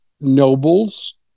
nobles